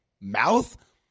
mouth